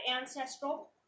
ancestral